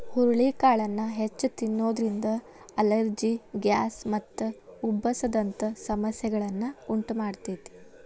ಹುರಳಿಕಾಳನ್ನ ಹೆಚ್ಚ್ ತಿನ್ನೋದ್ರಿಂದ allergy, gas ಮತ್ತು ಉಬ್ಬಸ ದಂತ ಸಮಸ್ಯೆಗಳನ್ನ ಉಂಟಮಾಡ್ತೇತಿ